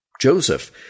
Joseph